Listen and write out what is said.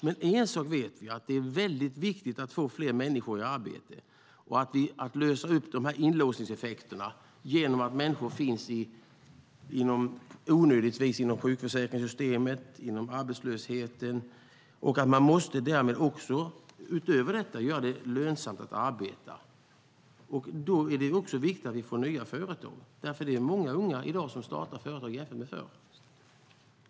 Men en sak vet vi: Det är viktigt att få fler människor i arbete. Det är viktigt att vi löser upp de inlåsningseffekter som uppstår genom att människor onödigtvis finns inom sjukförsäkringssystemet och inom arbetslösheten. Man måste därmed, utöver detta, göra det lönsamt att arbeta. Då är det viktigt att vi får nya företag. Det är i dag många unga som startar företag jämfört med förr.